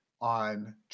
On